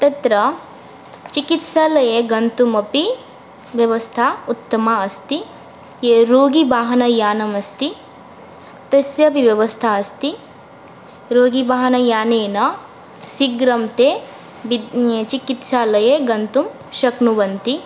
तत्र चिकित्सालये गन्तुमपि व्यवस्था उत्तमा अस्ति ये रोगिवाहनयानम् अस्ति तस्यपि व्यवस्था अस्ति रोगिवाहनयानेन शीघ्रं ते बिद् चिकित्सालये गन्तुं शक्नुवन्ति